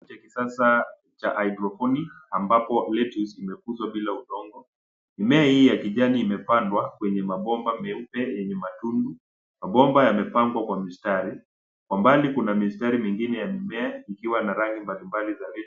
Kilimo cha kisasa cha[cs ] hydroponic [cs ] ambapo vitu vimekuzwa bila udongo. Mimea hii ya kijani imepandwa kwenye mabomba meupe yenye matundu. Mabomba yamepangwa kwa mistari. Kwa mbali kuna mistari mingine ya mimea ikiwa na rangi mbalimbali za vitu.